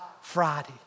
Friday